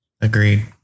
Agreed